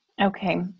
Okay